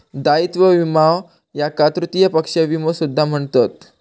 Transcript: दायित्व विमो याका तृतीय पक्ष विमो सुद्धा म्हणतत